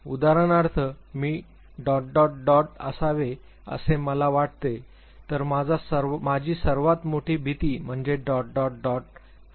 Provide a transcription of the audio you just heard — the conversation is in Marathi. उदाहरणार्थ मी डॉट डॉट डॉट डॉट असावे असे मला वाटते तर माझा सर्वात मोठा भीती म्हणजे डॉट डॉट डॉट डॉट